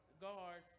guard